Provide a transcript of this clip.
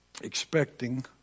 expecting